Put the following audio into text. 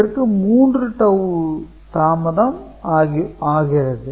இதற்கு 3 டவூ தாமதம் ஆகிறது